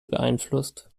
beeinflusst